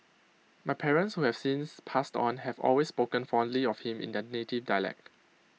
my parents who have since passed on have always spoken fondly of him in their native dialect